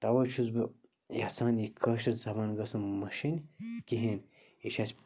تَوَے چھُس بہٕ یَژھان یہِ کٲشِر زبان گٔژھ نہٕ مَشِنۍ کِہیٖنۍ یہِ چھِ اَسہِ